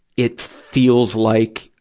it feels like,